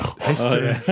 history